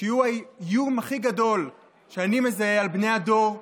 שהוא האיום הכי גדול שאני מזהה על בני הדור שלי,